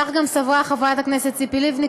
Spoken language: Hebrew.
כך גם סברה חברת הכנסת ציפי לבני,